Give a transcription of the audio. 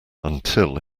until